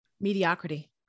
Mediocrity